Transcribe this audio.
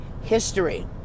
history